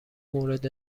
مورد